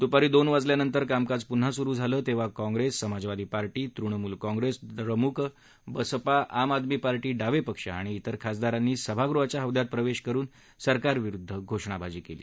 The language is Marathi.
दुपारी दोन वाजल्यानंतर कामकाज पुन्हा सुरु झालं तेव्हा काँग्रेस समाजवादी पार्टी तृणमुल काँग्रेस द्रमुक बसपा आम आदमी पार्टी डावे पक्ष आणि तिर खासदारांनी सभागृहाच्या हौद्यात प्रवेश करुन सरकारविरुद्ध घोषणाबाजी केली